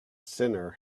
sinner